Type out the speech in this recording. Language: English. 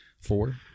four